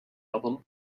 album